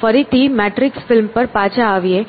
ફરીથી Matrix film પર પાછા આવીએ